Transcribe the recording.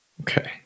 okay